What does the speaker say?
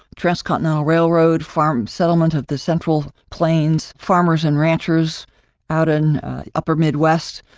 transcontinental railroad, farm settlement of the central plains, farmers and ranchers out in upper midwest,